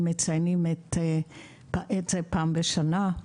מציינים את היום הזה פעם בשנה.